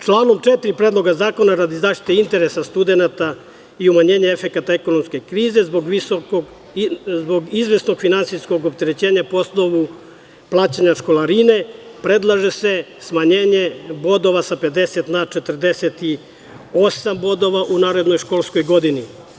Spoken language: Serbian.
Članom 4. Predloga zakona, radi zaštite interesa studenata i umanjenja efekata ekonomske krize, zbog izvesnog finansijskog opterećenja po osnovu plaćanja školarine, predlaže se smanjenje bodova sa 50 na 48 bodova u narednoj školskoj godini.